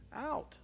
out